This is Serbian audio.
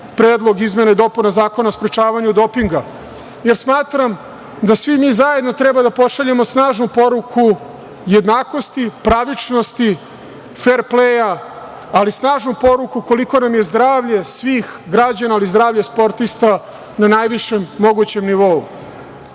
Predlog izmene i dopune Zakona o sprečavanju dopinga, jer smatram da svi mi zajedno treba da pošaljemo snažnu poruku jednakosti, pravičnosti, fer pleja, ali i snažnu poruku koliko nam je zdravlje svih građana, ali i zdravlje sportista na najvišem mogućem